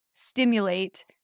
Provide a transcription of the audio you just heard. stimulate